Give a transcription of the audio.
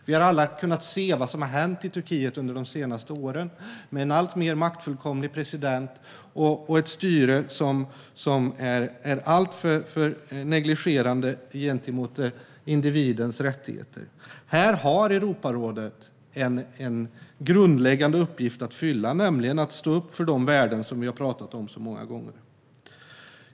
Vi har alla kunnat se vad som har hänt i Turkiet under de senaste åren, med en alltmer maktfullkomlig president och ett styre som är alltför negligerande gentemot individens rättigheter. Här har Europarådet en grundläggande uppgift, nämligen att stå upp för de värden vi har talat om så många gånger.